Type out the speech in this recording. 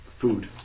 food